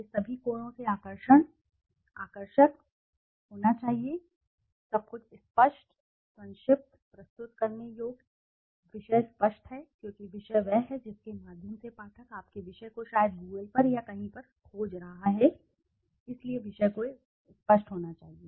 यह सभी कोणों से आकर्षक इतना आकर्षक होना चाहिए सब कुछ स्पष्ट संक्षिप्त प्रस्तुत करने योग्य विषय स्पष्ट है क्योंकि विषय वह है जिसके माध्यम से पाठक आपके विषय को शायद Google पर या कहीं पर खोज रहा है इसलिए विषय को बहुत स्पष्ट होना चाहिए